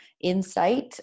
insight